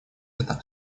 это